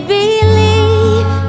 believe